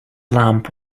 lamp